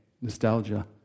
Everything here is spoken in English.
nostalgia